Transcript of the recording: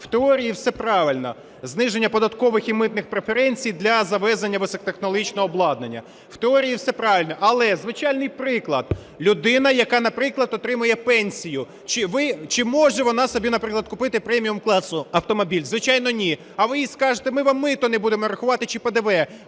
В теорії все правильно: зниження податкових і митних преференцій для завезення високотехнологічного обладнання. В теорії все правильно, але звичайний приклад. Людина, яка, наприклад, отримує пенсію. Чи може вона собі, наприклад, купити преміумкласу автомобіль? Звичайно, ні. А ви їй скажете: ми вам мито не будемо рахувати чи ПДВ.